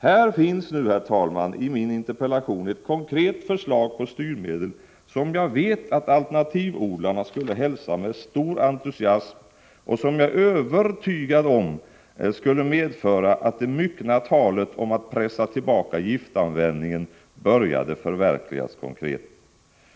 Här finns nu, herr talman, i min interpellation ett konkret förslag till styrmedel som jag vet att alternativodlarna skulle hälsa med stor entusiasm och som jag är övertygad om skulle medföra att det myckna talet om att pressa tillbaka giftanvändningen började förverkligas konkret — till gagn och glädje för konsumenten.